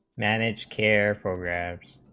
managed care program